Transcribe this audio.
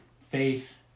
faith